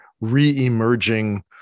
re-emerging